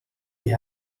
die